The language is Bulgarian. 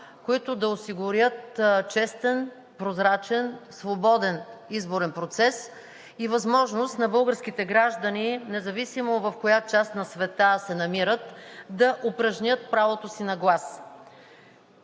които да осигурят честен, прозрачен, свободен изборен процес и възможност на българските граждани, независимо в коя част на света се намират, да упражнят правото си на глас.